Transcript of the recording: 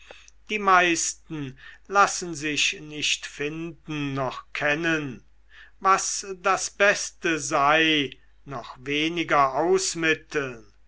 die meisten lassen sich nicht finden noch kennen was das beste sei noch weniger ausmitteln